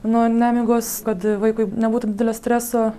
nuo nemigos kad vaikui nebūtų didelio streso